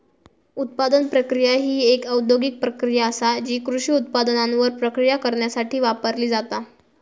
उत्पादन प्रक्रिया ही एक औद्योगिक प्रक्रिया आसा जी कृषी उत्पादनांवर प्रक्रिया करण्यासाठी वापरली जाता